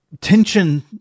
tension